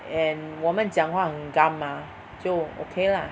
and 我们讲话很 gum lah 就 okay lah